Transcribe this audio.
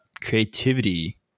creativity